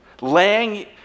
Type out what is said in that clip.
laying